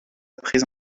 prise